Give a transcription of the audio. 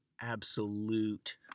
absolute